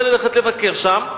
רוצה ללכת לבקר שם,